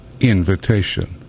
Invitation